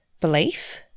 belief